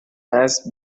اسب